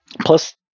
Plus